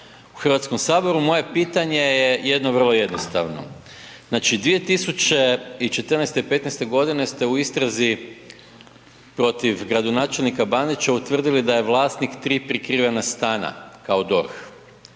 u Hrvatskom saboru. Moje pitanje je jedno vrlo jednostavno. Znači 2014. i '15. godine ste u istrazi protiv gradonačelnika Bandića utvrdili da je vlasnik 2 prikrivena stana kao DORH,